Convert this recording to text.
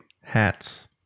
hats